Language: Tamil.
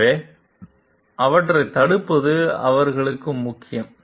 எனவே அவற்றைத் தடுப்பது அவர்களுக்கு முக்கியம்